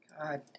God